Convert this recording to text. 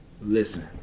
listen